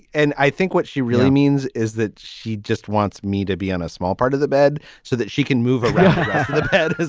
and i think what she really means is that she just wants me to be on a small part of the bed so that she can move around the bed. she.